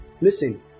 Listen